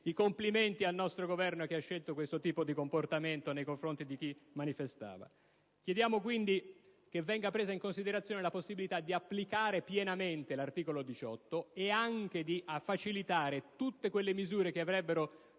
i complimenti al nostro Governo, che ha scelto questo comportamento nei confronti di chi manifestava. Chiediamo quindi che venga presa in considerazione la possibilità di applicare pienamente l'articolo 18, e anche di facilitare tutte quelle misure che avrebbero